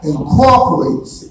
Incorporates